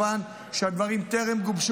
מכיוון שאני חושב שהצעת החוק שלך כן מחייבת תיקון,